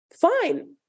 Fine